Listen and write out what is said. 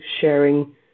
sharing